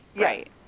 Right